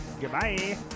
Goodbye